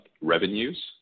revenues